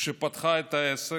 שפתחה עסק,